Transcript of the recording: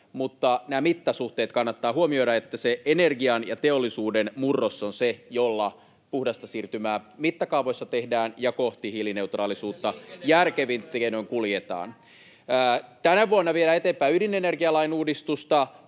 mutta nämä mittasuhteet kannattaa huomioida, että se energian ja teollisuuden murros on se, jolla puhdasta siirtymää mittakaavoissa tehdään ja kuljetaan kohti hiilineutraalisuutta järkevin tiedoin. Tänä vuonna viedään eteenpäin ydinenergialain uudistusta,